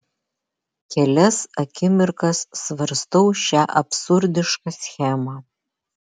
kelias akimirkas svarstau šią absurdišką schemą